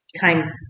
times